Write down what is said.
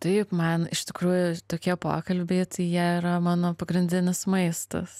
tai juk man iš tikrųjų tokie pokalbiai tai jie yra mano pagrindinis maistas